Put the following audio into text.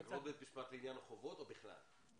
בית משפט לעניין החובות או בכלל?